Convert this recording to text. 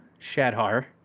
Shadhar